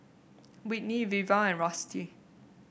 Whitney Veva and Rusty